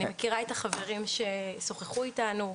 אני מכירה את החברים ששוחחו איתנו,